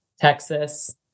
Texas